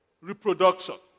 reproduction